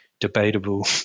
debatable